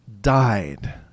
died